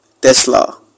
Tesla